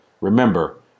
Remember